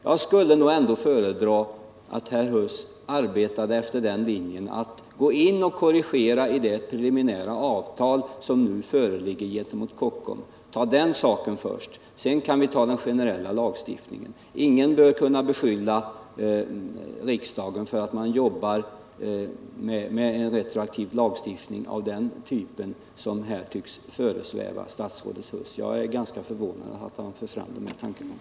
Jag skulle föredra att Erik Huss arbetade efter en annan linje och gick in och korrigerade i det preliminära avtal som nu föreligger med Kockums. Ta den saken först! Sedan kan vi ta den generella lagstiftningen. Ingen bör kunna beskylla riksdagen för att jobba med en retroaktiv lagstiftning av den typ som här tycks föresväva statsrådet Huss. Jag är ganska förvånad över att han för fram dessa tankegångar.